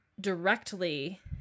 directly